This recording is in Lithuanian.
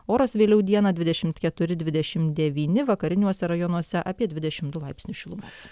oras vėliau dieną dvidešimt keturi dvidešimt devyni vakariniuose rajonuose apie dvidešimt du laipsnius šilumos